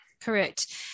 Correct